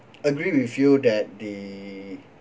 I agree with you that the